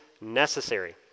necessary